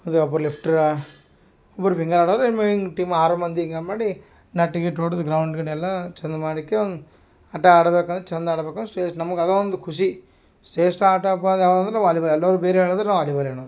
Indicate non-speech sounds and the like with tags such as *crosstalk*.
ಅದೆ ಒಬ್ರು ಲಿಫ್ಟ್ರಾ ಒಬ್ರು ಫಿಂಗರ್ ಆಡೋದು *unintelligible* ಟೀಮ್ ಆರು ಮಂದಿ ಗೇಮ್ ಆಡಿ ನೆಟ್ ಗಿಟ್ ಹೊಡ್ದ್ ಗ್ರೌಂಡ್ ಗಿನ್ಡ್ ಎಲ್ಲ ಚಂದ ಮಾಡ್ಕೊಂದ್ ಆಟ ಆಡ್ಬೇಕು ಚಂದ ಆಡ್ಬೇಕು ಸೇಸ್ ನಮ್ಗೆ ಅದೊಂದು ಖುಷಿ ಶ್ರೇಷ್ಠ ಆಟ ಅಪ್ಪ ಅದು ಯಾವ್ದು ಅಂದ್ರೆ ವಾಲಿಬಾಲ್ ಎಲ್ಲವು ಬೇರೆ ಹೇಳಿದರೆ ನಾವು ವಾಲಿಬಾಲ್ ಹೇಳೋದು